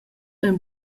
ein